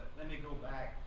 let me go back,